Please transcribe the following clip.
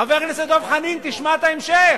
חבר הכנסת דב חנין, תשמע את ההמשך.